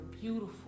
beautiful